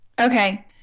Okay